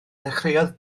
ddechreuodd